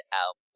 out